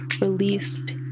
released